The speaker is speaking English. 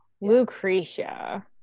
Lucretia